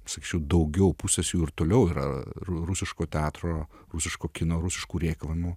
sakyčiau daugiau pusės jų ir toliau yra rusiško teatro rusiško kino rusiškų rėkavimų